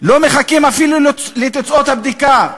לא מחכים אפילו לתוצאות הבדיקה.